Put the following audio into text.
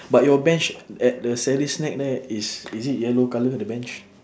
but your bench at the sally's snack there is is it yellow colour the bench